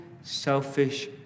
selfish